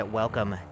welcome